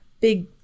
big